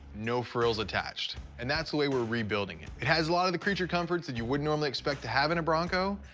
no frills attached, and that's the way we're rebuilding it. it has a lot of the creature comforts that you wouldn't normally expect to have in a bronco,